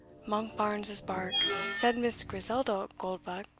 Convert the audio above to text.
monkbarns's bark, said miss griselda oldbuck,